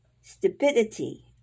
stupidity